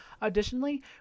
Additionally